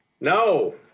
No